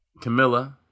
Camilla